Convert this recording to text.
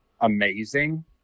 amazing